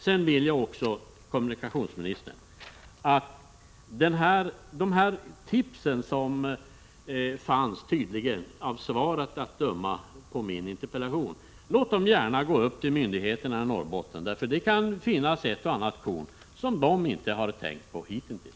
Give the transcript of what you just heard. Sedan önskar jag, kommunikationsministern, att de tips som tydligen finns — av interpellationssvaret att döma — skall nå myndigheterna i Norrbotten. Det kan ju finnas ett och annat korn som de inte har uppmärksammat hittills.